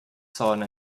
sauna